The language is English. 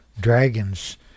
dragons